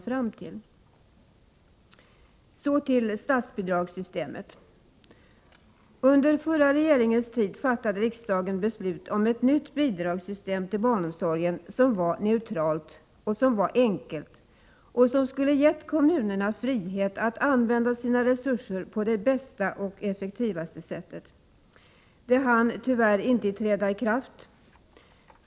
Så till frågan om statsbidragssystemet. Under den förra regeringens tid fattade riksdagen beslut om ett nytt bidragssystem till barnomsorgen som var neutralt och enkelt och som skulle ge kommunerna frihet att använda sina pengar på det bästa och effektivaste sättet. Det hann tyvärr inte träda i kraft.